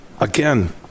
Again